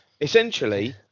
Essentially